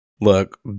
look